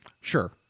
Sure